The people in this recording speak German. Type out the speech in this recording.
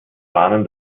warnen